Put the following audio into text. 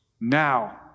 now